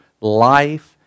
life